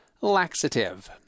laxative